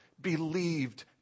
believed